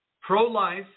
pro-life